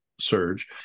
surge